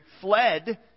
fled